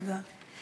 תודה.